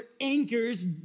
anchors